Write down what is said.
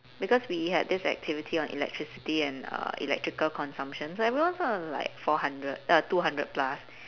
because we had this activity of electricity and uh electrical consumption so everyone's one was like four hundred uh two hundred plus